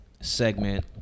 segment